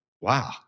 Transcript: wow